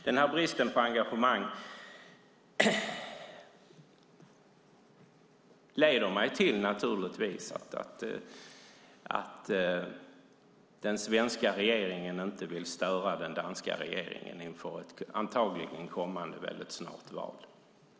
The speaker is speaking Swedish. Denna brist på engagemang leder mig naturligtvis till att den svenska regeringen inte vill störa den danska regeringen inför ett kommande val snart.